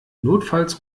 notfalls